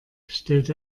stellt